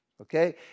Okay